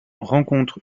rencontre